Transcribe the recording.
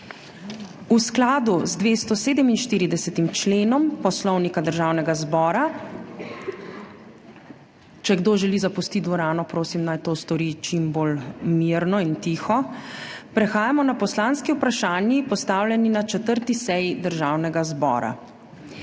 V skladu z 247. členom Poslovnika Državnega zbora – če kdo želi zapustiti dvorano, prosim, naj to stori čim bolj mirno in tiho – prehajamo na poslanski vprašanji, postavljeni na 4. seji Državnega zbora.